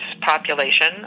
population